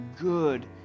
good